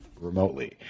remotely